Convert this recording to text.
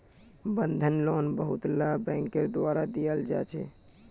बंधक लोन बहुतला बैंकेर द्वारा दियाल जा छे